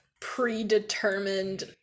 predetermined